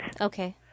Okay